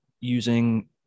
using